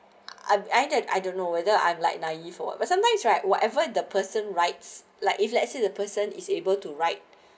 I I I don't know whether I'm like naive or what but sometimes right whatever the person writes like if let's say the person is able to write